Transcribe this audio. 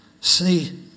See